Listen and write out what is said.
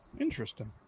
interesting